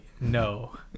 no